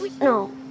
no